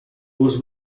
was